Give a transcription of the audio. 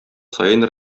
саен